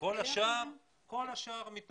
כל השאר מתעלמים,